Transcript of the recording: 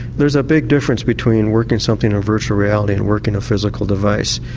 there's a big difference between working something in virtual reality and working a physical device,